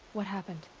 what happened?